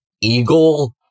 eagle